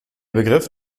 begriff